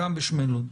גם בשמי לוד.